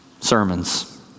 sermons